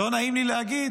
לא נעים לי להגיד.